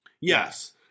Yes